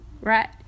right